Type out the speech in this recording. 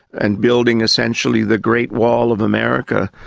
and building essentially the great wall of america,